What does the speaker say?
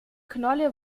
knolle